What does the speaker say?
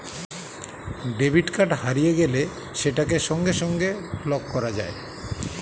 debit card হারিয়ে গেলে সেটাকে সঙ্গে সঙ্গে ব্লক করা যায়